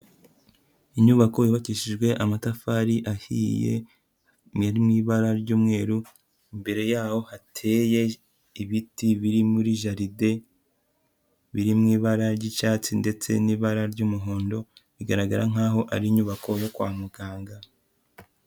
Inyubako yubakishijwe amatafari ahiye ari mu ibara ry'umweru, imbere yaho hateye ibiti biri muri jaride, biri mu ibara ry'icyatsi ndetse n'ibara ry'umuhondo, bigaragara nkaho ari inyubako yo kwa muganga.